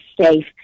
safe